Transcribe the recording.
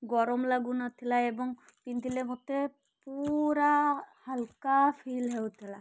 ଗରମ ଲାଗୁନଥିଲା ଏବଂ ପିନ୍ଧିଲେ ମତେ ପୁରା ହାଲକା ଫିଲ୍ ହେଉଥିଲା